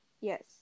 Yes